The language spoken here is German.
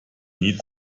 nie